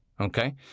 Okay